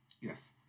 Yes